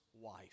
wife